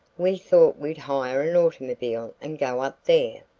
we thought we'd hire an automobile and go up there.